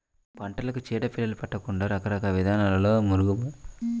పంటలకు చీడ పీడలు పట్టకుండా రకరకాల విధానాల్లో పురుగుమందులను పిచికారీ చేస్తారు